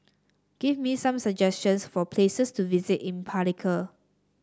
give me some suggestions for places to visit in Palikir